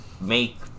make